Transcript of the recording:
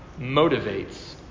motivates